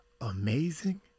amazing